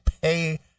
pay